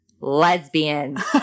lesbians